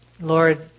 lord